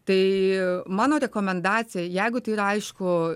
tai mano rekomendacija jeigu tai yra aišku